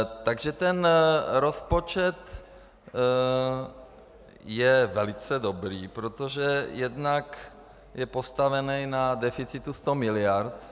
Takže ten rozpočet je velice dobrý, protože jednak je postavený na deficitu 100 mld.